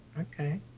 okay